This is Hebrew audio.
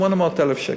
800,000 שקל.